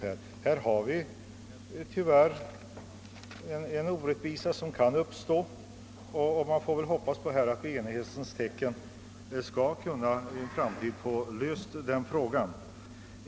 Här kan tyvärr uppstå en orättvisa och vi får hoppas att denna fråga i en framtid skall bli löst i enighetens tecken.